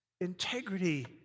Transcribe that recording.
integrity